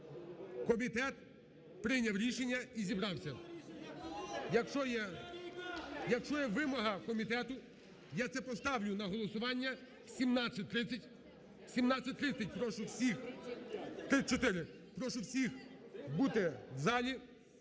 комітет прийняв рішення і зібрався. Якщо є вимога комітету, я це поставлю на голосування. О 17.30… о 17.34 прошу всіх бути в залі.